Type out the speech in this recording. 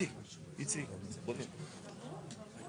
להרחבת ההשקעה בתושב